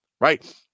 Right